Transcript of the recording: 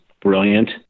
brilliant